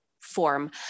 form